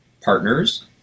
partners